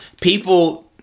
people